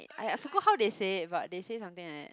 I I forgot how they say it but they say something like that